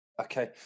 okay